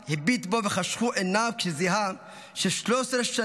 הביט בו וחשכו עיניו כשזיהה ש-13 שנים